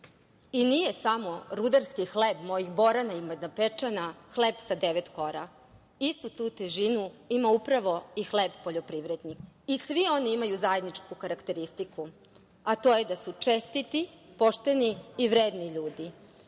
I nije samo rudarski hleb mojih Borana i Majdanpečana hleb sa devet kora. Istu tu težinu ima upravo i hleb poljoprivrednika. Svi oni imaju zajedničku karakteristiku, a to je da su čestiti, pošteni i vredni ljudi. Znate,